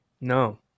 No